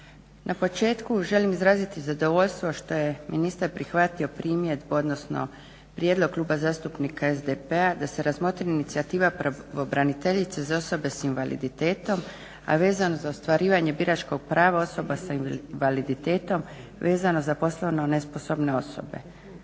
Na početku želim izraziti zadovoljstvo što je ministar prihvatio primjedbu odnosno prijedlog Kluba zastupnika SDP-a da se razmotri inicijativa pravobraniteljice za osobe sa invaliditetom, a vezano za ostvarivanje biračkog prava osoba s invaliditetom vezano za poslovno nesposobne osobe.